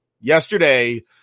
yesterday